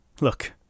Look